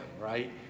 right